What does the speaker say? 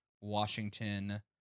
Washington